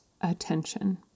attention